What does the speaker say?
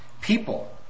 people